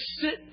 sit